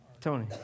Tony